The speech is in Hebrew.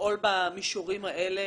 לפעול במישורים האלה?